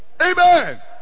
Amen